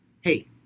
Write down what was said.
hey